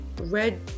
red